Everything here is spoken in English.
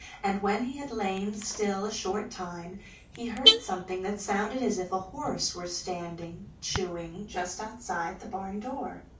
and when he had lain still a short time he heard something that sounded as if a horse were standing chewing just outside the barn door.